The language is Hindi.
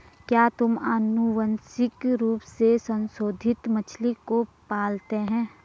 क्या तुम आनुवंशिक रूप से संशोधित मछली को पालते हो?